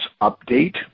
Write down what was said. update